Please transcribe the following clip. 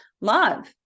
love